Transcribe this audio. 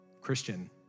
Christian